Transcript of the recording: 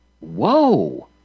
Whoa